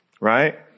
Right